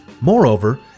Moreover